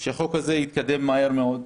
שהחוק הזה יתקדם מהר מאוד,